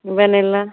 vanilla